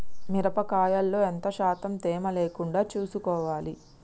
మిరప కాయల్లో ఎంత శాతం తేమ లేకుండా చూసుకోవాలి?